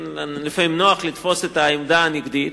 לפעמים נוח לתפוס את העמדה הנגדית,